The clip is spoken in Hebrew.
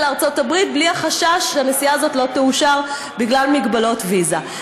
לארצות הברית בלי חשש שהנסיעה הזאת לא תאושר בגלל מגבלות ויזה.